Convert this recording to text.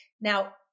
Now